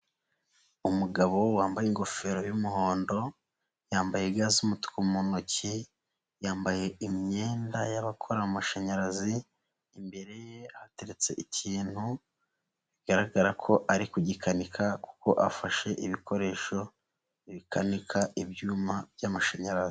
Umugabo wambaye ingofero y'umuhondo yambaye ga z'umutuku mu ntoki, yambaye imyenda y'abakora amashanyarazi imbere ye hateretse ikintu, bigaragara ko ari kugikanika kuko afashe ibikoresho bikanika ibyuma by'amashanyarazi.